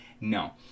no